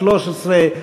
התשע"ג 2013,